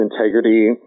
integrity